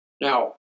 Now